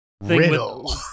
Riddle